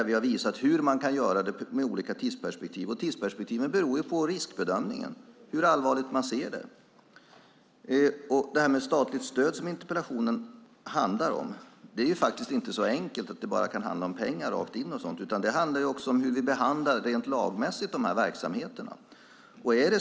Vi har visat hur man kan göra det med olika tidsperspektiv. Tidsperspektiven beror på riskbedömningen, hur allvarligt man ser på det. När det gäller statligt stöd som interpellationen handlar om är det inte så enkelt att det bara handlar om pengar. Det handlar också om hur vi rent lagmässigt behandlar de här verksamheterna.